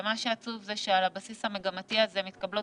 מה שעצוב זה שעל הבסיס המגמתי הזה מתקבלות